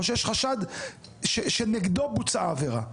או שיש חשד שנגדו בוצעה העבירה.